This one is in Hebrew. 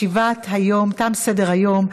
תם סדר-היום.